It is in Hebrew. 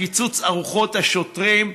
קיצוץ ארוחות השוטרים.